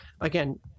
again